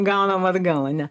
gauname atgal ane